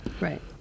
right